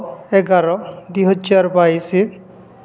ନଅ ଏଗାର ଦୁଇ ହଜାର ବାଇଶି